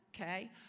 Okay